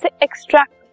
extract